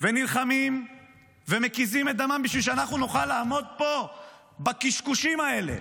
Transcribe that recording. ונלחמים ומקיזים את דמם בשביל שאנחנו נוכל לעמוד פה בקשקושים האלה,